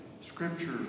Scripture